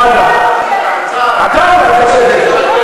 נכון, אתה צודק.